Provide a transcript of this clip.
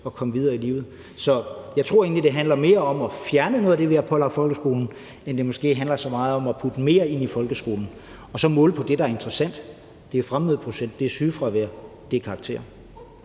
og komme videre i livet. Så jeg tror egentlig, det handler mere om at fjerne noget af det, vi har pålagt folkeskolen, end det måske handler så meget om at putte mere ind i folkeskolen, og så måle på det, der er interessant, og det er fremmødeprocent, det er sygefravær, det er karakterer.